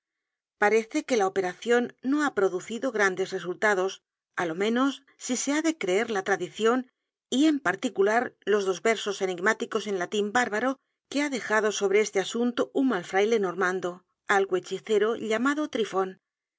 parece que la operacion no ha producido grandes resultados á lo menos si se ha de creer la tradicion y en particular los dos versos enigmáticos en latin bárbaro que ha dejado sobre este asunto un mal fraile normando algo hechicero